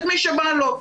את מי שבא לו.